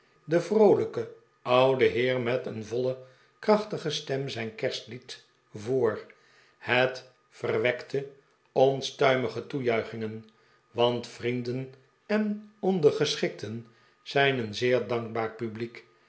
de vroolijke oude heer met een voile krachtige stem zijn kerstlied voor het verwekte onstuimige toejuichingen want vrienden en ondergeschikten zijn een zeer dankbaar publiek